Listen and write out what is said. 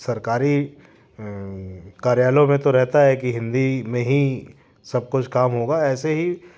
सरकारी कार्यालयों में तो रहता है कि हिंदी में ही सब कुछ काम होगा ऐसे ही